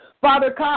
Father